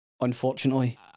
unfortunately